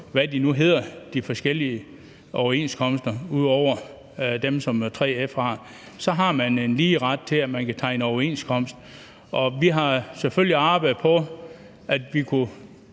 Hus, og hvad de forskellige overenskomster nu hedder, ud over dem, som 3F har – så har man en lige ret til, at man kan tegne overenskomst. Og vi har selvfølgelig arbejdet på, at vi kunne